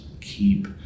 keep